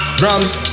drums